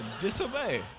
Disobey